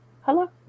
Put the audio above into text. Hello